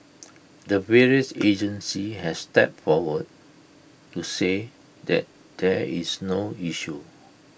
the various agencies have stepped forward to say that there's no issue